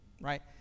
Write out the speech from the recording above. right